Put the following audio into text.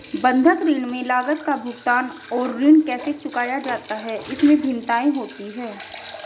बंधक ऋण में लागत का भुगतान और ऋण कैसे चुकाया जाता है, इसमें भिन्नताएं होती हैं